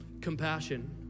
compassion